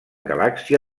galàxia